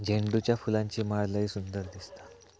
झेंडूच्या फुलांची माळ लय सुंदर दिसता